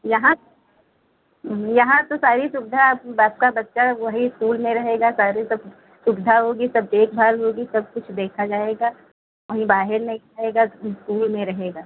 यहाँ यहाँ तो सारी सुविधा आपका बच्चा वही स्कूल में रहेगा सारे सब सुविधा होगी सब देखभाल होगी सबकुछ देखा जाएगा कहीं बाहर नहीं जाएगा स्कूल में रहेगा